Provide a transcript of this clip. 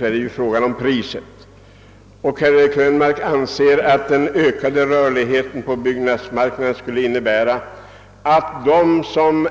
Herr Krönmark menar egentligen med talet om den ökade rörligheten på byggnadsmarknaden att de som